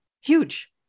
huge